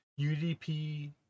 UDP